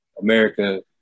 America